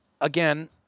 again